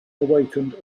awakened